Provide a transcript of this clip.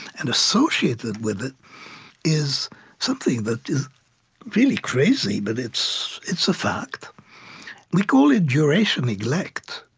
and associated with it is something that is really crazy, but it's it's a fact we call it duration neglect.